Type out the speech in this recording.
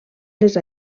les